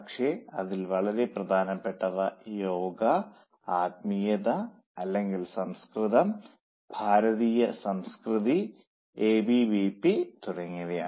പക്ഷേ അതിൽ വളരെ പ്രധാനപ്പെട്ടവ യോഗ ആത്മീയത അല്ലെങ്കിൽ സംസ്കൃതം ഭാരതീയ സംസ്കൃതി എബിവിപി തുടങ്ങിയവയാണ്